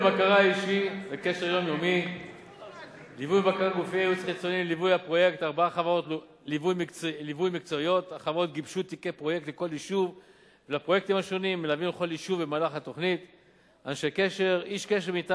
בקרה וקשר יומיומי: 18. ליווי ובקרה,